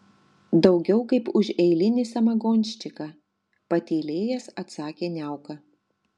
daugiau kaip už eilinį samagonščiką patylėjęs atsakė niauka